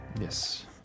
Yes